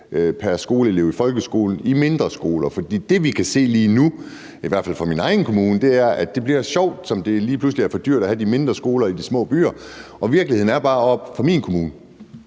pr. skoleelev i folkeskolen, af hensyn til de mindre skoler. For det, vi kan se lige nu, i hvert fald i min egen kommune, er, at det er sjovt, at det lige pludselig bliver for dyrt at have de mindre skoler i de små byer. Virkeligheden oppe i min kommune